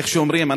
איך אומרים,